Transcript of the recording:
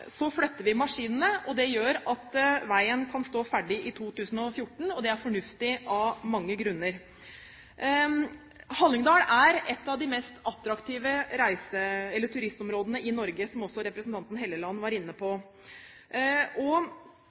flytter vi maskinene. Det gjør at veien kan stå ferdig i 2014, og det er fornuftig av mange grunner. Hallingdal er et av de mest attraktive turistområdene i Norge, som også representanten Helleland var inne på. Én av tre er sysselsatt i reiseliv og